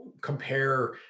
compare